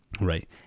Right